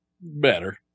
better